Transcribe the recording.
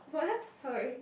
what sorry